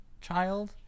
child